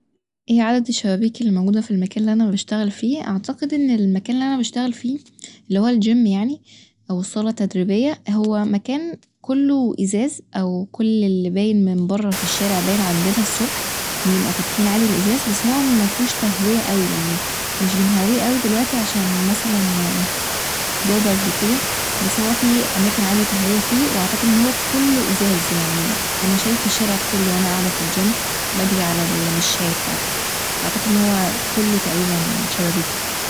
ايه عدد الشبابيك اللي موجودة ف المكان اللي أنا بشتغل فيه ، أعتقد إن المكان اللي انا بشتغل فيه اللي هو الجيم يعني أو الصالة التدريبية ، هو مكان كله ازاز ، أو كل اللي باين من بره ف الشارع باين عندنا الصبح وبنبقى فاتحين عادي الازاز بس هو مفهوش تهوية أوي يعني ، مش بنهويه أوي دلوقتي عشان مثلا الجو برد وكده بس هو في اماكن عادي تهوية فيه وأعتقد ان هو كله ازاز يعني أنا شايفه الشارع كله وانا قاعدة ف الجيم بجري على المشاية بتاعتي فأعتقد إن هو كله تقريبا شبابيك